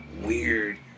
weird